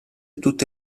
tutte